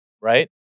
right